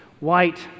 White